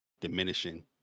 diminishing